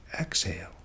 Exhale